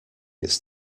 its